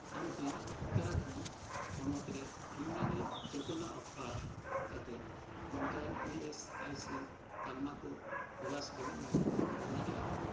ᱟᱢᱠᱤ ᱩᱛᱟᱨᱟᱠᱷᱚᱱᱰ ᱯᱚᱱᱚᱛ ᱨᱮ ᱤᱭᱩᱱᱟᱱᱤ ᱡᱚᱛᱚᱱᱟᱜ ᱚᱯᱷᱟᱨ ᱠᱟᱛᱮᱫ ᱱᱚᱝᱠᱟᱱ ᱤ ᱮᱥ ᱟᱭ ᱥᱤ ᱛᱟᱞᱢᱟᱠᱚ ᱛᱚᱞᱟᱥ ᱞᱟᱹᱜᱤᱫᱮᱢ ᱜᱚᱲᱚ ᱫᱟᱲᱮᱭᱟᱜᱼᱟ